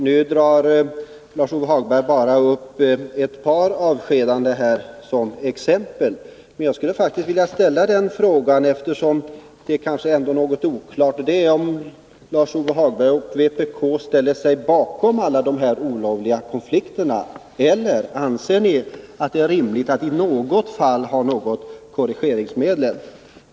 Nu tar Lars-Ove Hagberg bara upp ett par avskedanden som exempel, men jag skulle faktiskt — eftersom det kanske ännu är något oklart — vilja ställa frågan om Lars-Ove Hagberg och vpk ställer sig bakom alla de här olagliga konflikterna eller om ni anser att det är rimligt att i något fall ha någon påföljd.